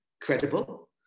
credible